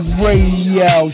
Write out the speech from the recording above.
radio